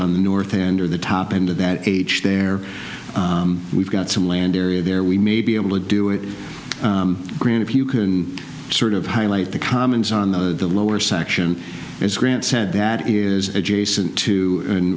on the north end or the top end of that h there we've got some land area there we may be able to do it green if you can sort of highlight the comments on the lower section as grant said that is adjacent to